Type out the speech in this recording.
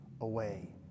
away